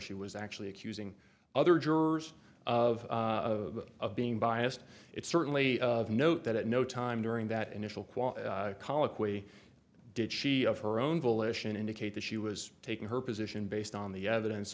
she was actually accusing other jurors of of of being biased it certainly of note that at no time during that initial quote colloquy did she of her own volition indicate that she was taking her position based on the evidence